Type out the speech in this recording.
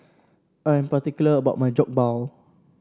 I am particular about my Jokbal